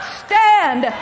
stand